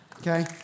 okay